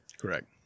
Correct